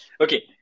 Okay